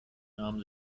nahm